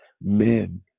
men